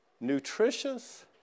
nutritious